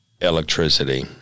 electricity